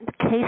case